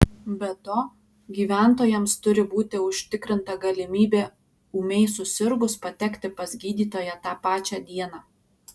be to gyventojams turi būti užtikrinta galimybė ūmiai susirgus patekti pas gydytoją tą pačią dieną